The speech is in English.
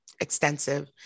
extensive